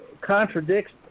contradicts